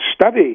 study